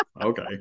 Okay